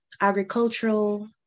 agricultural